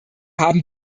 haben